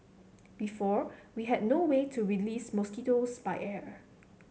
before we had no way to release mosquitoes by air